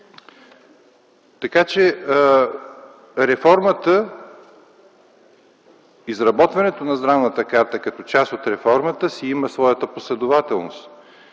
власт. Реформата и изработването на здравната карта като част от реформата си има своята последователност.